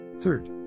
Third